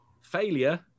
Failure